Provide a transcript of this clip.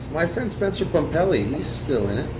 my friend spencer pumpelly, he's still in it.